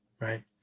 Right